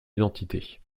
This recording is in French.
identité